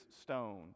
stoned